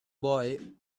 boy